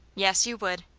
yes, you would.